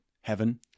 heaven